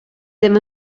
ddim